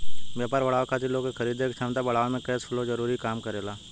व्यापार बढ़ावे खातिर लोग के खरीदे के क्षमता बढ़ावे में कैश फ्लो जरूरी काम करेला